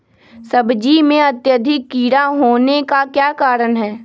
सब्जी में अत्यधिक कीड़ा होने का क्या कारण हैं?